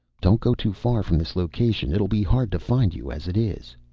don't go too far from this location. it'll be hard to find you, as it is.